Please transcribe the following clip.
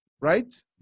right